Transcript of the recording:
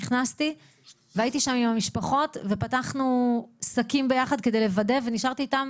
נכנסתי והייתי שם עם המשפחות ופתחנו שקים ביחד כדי לוודא ונשארתי איתם